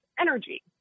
energy